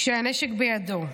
כשהנשק בידו.